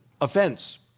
Offense